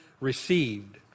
received